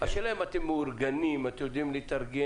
השאלה אם אתם מאורגנים, אתם יודעים להתארגן.